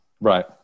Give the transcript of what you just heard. Right